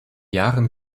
jahren